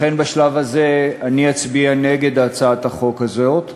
לכן בשלב הזה אני אצביע נגד הצעת החוק הזאת,